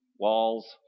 walls